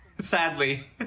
sadly